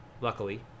Luckily